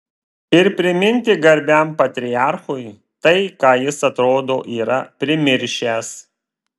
ir priminti garbiam patriarchui tai ką jis atrodo yra primiršęs